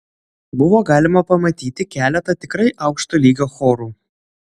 buvo galima pamatyti keletą tikrai aukšto lygio chorų